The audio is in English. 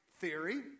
theory